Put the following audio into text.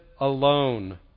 alone